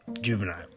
juvenile